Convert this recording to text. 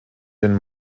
den